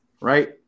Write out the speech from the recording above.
right